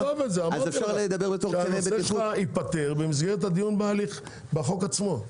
אמרתי לך שהנושא שלך ייפתר במסגרת הדיון בחוק עצמו.